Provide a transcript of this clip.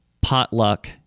potluck